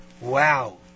Wow